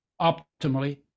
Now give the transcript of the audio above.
optimally